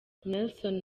nelson